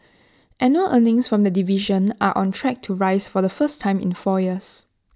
annual earnings from the division are on track to rise for the first time in four years